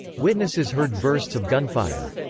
witnesses heard bursts of gunfire.